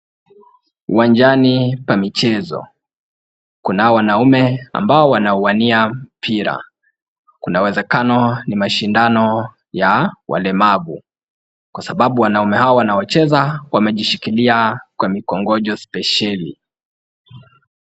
Uwanjani pa michezo, kuna wanaume ambao wanawania mpira, kuna uwezekano ni mashindano ya walemavu. Kwa sababu wanaume hawa wanaocheza wamejishikilia kwa mikongojo spesheli.